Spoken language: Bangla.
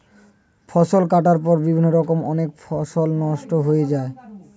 ফসল কাটার পর বিভিন্ন কারণে অনেক ফসল নষ্ট হয়ে যায়